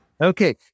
Okay